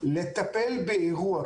לטפל באירוע.